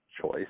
choice